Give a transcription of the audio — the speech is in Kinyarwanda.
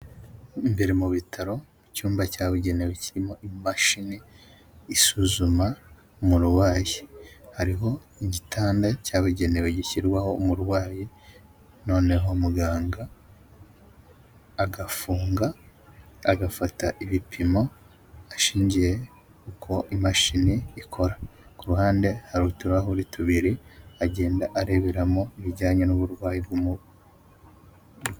Imbere mu bitaro icyumba cyabugenewe kirimo imashini isuzuma umurwayi hariho igitanda cyabugenewe gishyirwaho umurwayi, noneho muganga agafunga agafata ibipimo ashingiye uko imashini ikora, ku ruhande hari uturahuri tubiri agenda areberamo ibijyanye n'uburwayi bw'umu.